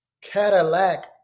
Cadillac